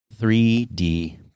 3D